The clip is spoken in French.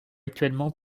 actuellement